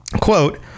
quote